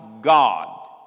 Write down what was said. God